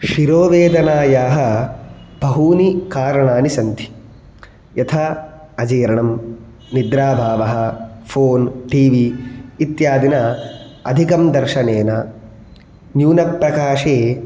शिरोवेदनायाः बहूनि कारणानि सन्ति यथा अजीर्णं निद्राभावः फ़ोन् टीवि इत्यादिना अधिकं दर्शनेन न्यूनप्रकाशे